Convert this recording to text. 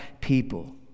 people